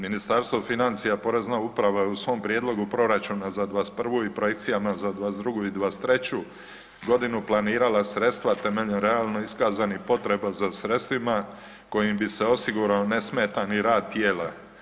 Ministarstvo financija, Porezna uprava je u svom prijedlogu proračuna za '21. i projekcijama za '22. i '23.g. planirala sredstva temeljem realno iskazanih potreba za sredstvima kojim bi se osigurao nesmetani rad tijela.